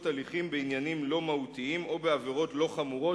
הליכים בעניינים לא מהותיים או בעבירות לא חמורות,